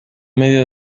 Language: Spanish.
medio